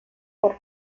por